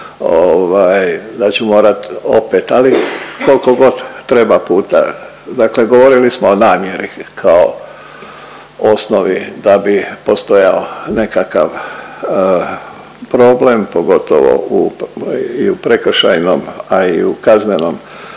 da ću morati opet, ali, koliko god treba puta, dakle govorili smo o namjeri kao osnovni da bi postojao nekakav problem, pogotovo u, i u prekršajnom, a i u kaznenom